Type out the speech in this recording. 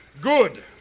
Good